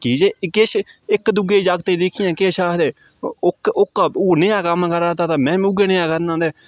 की जे किश इक दूऐ जागतें ई दिक्खियै किश आखदे ओह्का ओह् नेआं क'म्म करा दा ते में बी उ'ऐ नेआं करना ते